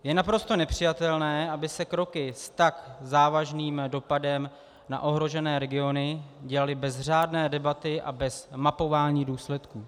Je naprosto nepřijatelné, aby se kroky s tak závažným dopadem na ohrožené regiony dělaly bez řádné debaty a bez mapování důsledků.